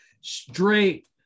straight